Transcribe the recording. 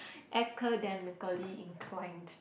academically inclined